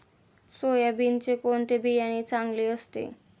सोयाबीनचे कोणते बियाणे चांगले असते?